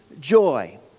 joy